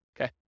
Okay